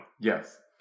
Yes